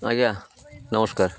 ଆଜ୍ଞା ନମସ୍କାର